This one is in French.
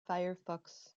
firefox